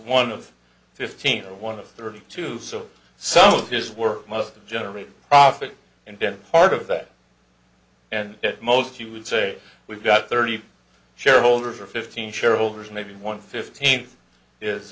one of fifteen or one of thirty two so some of his work must generate profit and then part of that and most he would say we've got thirty shareholders or fifteen shareholders maybe one fifteen is